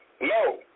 No